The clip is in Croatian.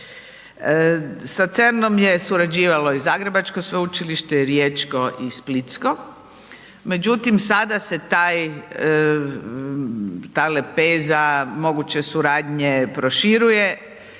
Sa CERN-om je surađivalo i Zagrebačko sveučilište i Riječko i Splitsko, međutim sada se ta lepeza moguće suradnje proširuje